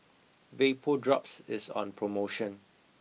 VapoDrops is on promotion